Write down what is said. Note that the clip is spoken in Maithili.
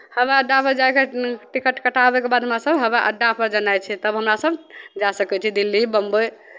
हवाइ अड्डापर जाय कऽ टिकट कटाबयके बाद हमरासभ हवा अड्डापर जेनाइ छै तब हमरासभ जा सकै छी दिल्ली बम्बइ